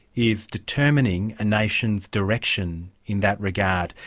is determining a nation's direction in that regard.